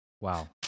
Wow